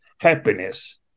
happiness